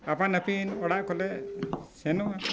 ᱟᱯᱟᱱ ᱟᱹᱯᱤᱱ ᱚᱲᱟᱜ ᱠᱚᱞᱮ ᱥᱮᱱᱚᱜᱼᱟ